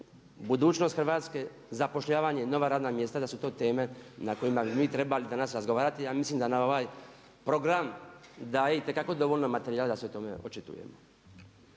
budućnost Hrvatske, zapošljavanje i nova radna mjesta, da su to teme na kojima bi mi trebali danas razgovarati a mislim da nam ovaj program daje itekako dovoljno materijala da se o tome očitujemo.